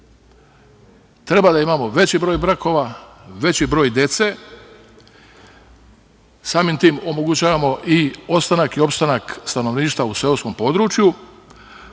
Treba da imamo veći broj brakova, veći broj dece. Samim tim omogućavamo i ostanak i opstanak stanovništva u seoskom području,